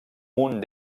munt